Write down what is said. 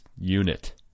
unit